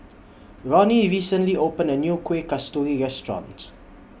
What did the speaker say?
Ronny recently opened A New Kueh Kasturi Restaurant